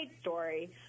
story